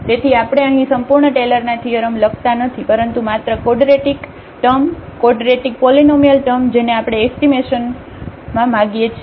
તેથી આપણે અહીં સંપૂર્ણ ટેલરના થીઅરમ લખતા નથી પરંતુ માત્ર quadratic term quadratic polynomial term જેને આપણે એસ્ટીમેશનવા માગીએ છીએ